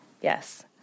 Yes